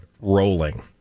rolling